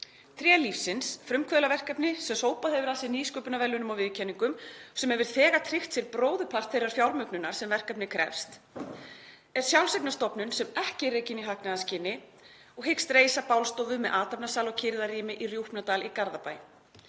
Tré lífsins, frumkvöðlaverkefni sem sópað hefur að sér nýsköpunarverðlaunum og viðurkenningum og hefur þegar tryggt sér bróðurpart þeirrar fjármögnunar sem verkefnið krefst, er sjálfseignarstofnun sem ekki er rekin í hagnaðarskyni og hyggst reisa bálstofu með athafnasal og kyrrðarrými í Rjúpnadal í Garðabæ.